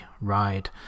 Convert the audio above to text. ride